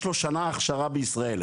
יש לו שנה הכשרה בישראל,